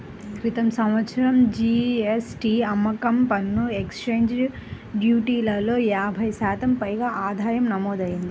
క్రితం సంవత్సరం జీ.ఎస్.టీ, అమ్మకం పన్ను, ఎక్సైజ్ డ్యూటీలలో యాభై శాతం పైగా ఆదాయం నమోదయ్యింది